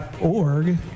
org